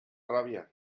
ràbia